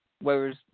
Whereas